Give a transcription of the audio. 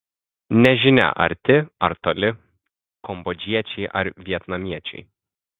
nežinia arti ar toli kambodžiečiai ar vietnamiečiai